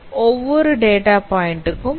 அது ஒவ்வொரு data point ஐ கவனித்துக் கொள்கிறது